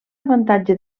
avantatge